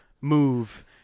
move